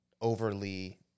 overly